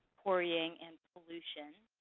quarrying, and pollution.